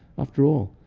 after all,